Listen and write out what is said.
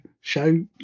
show